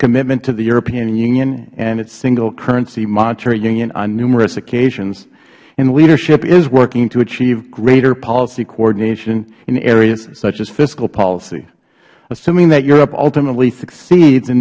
its commitment to the european union and its singlecurrency monetary union on numerous occasions and leadership is working to achieve greater policy coordination in areas such as fiscal policies assuming that europe ultimately succeed